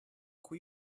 could